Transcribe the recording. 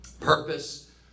Purpose